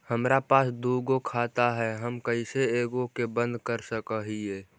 हमरा पास दु गो खाता हैं, हम कैसे एगो के बंद कर सक हिय?